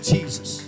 Jesus